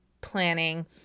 planning